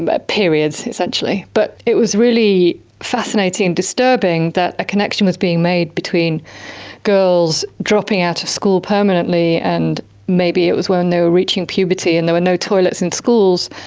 but periods essentially. but it was really fascinating and disturbing that a connection was being made between girls dropping out of school permanently and maybe it was when they were reaching puberty, and there were no toilets in schools.